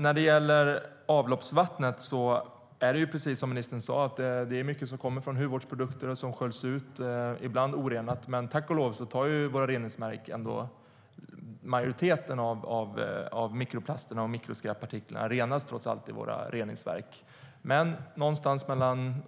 När det gäller avloppsvattnet är det, precis som ministern sa, mycket som kommer från hudvårdsprodukter och sköljs ut, ibland orenat. Tack och lov renas majoriteten av mikroplasterna och mikroskräppartiklarna trots allt i våra reningsverk, men